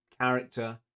character